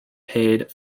paid